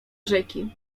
rzeki